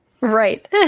Right